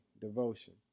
devotion